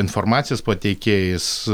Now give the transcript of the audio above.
informacijos pateikėjais